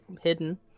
hidden